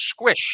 squished